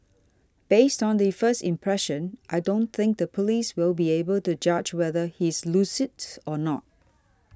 based on the first impression I don't think the police will be able to judge whether he's lucid or not